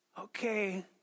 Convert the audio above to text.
Okay